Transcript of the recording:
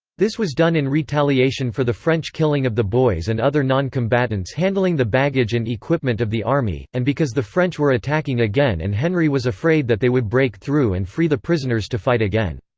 this was done in retaliation for the french killing of the boys and other non-combatants handling the baggage and equipment of the army, and because the french were attacking again and henry was afraid that they would break through and free the prisoners to fight again.